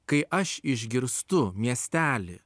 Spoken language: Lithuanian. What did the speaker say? kai aš išgirstu miestely